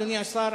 אדוני השר,